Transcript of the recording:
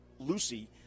Lucy